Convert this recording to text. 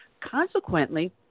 Consequently